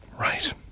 Right